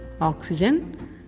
oxygen